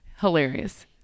hilarious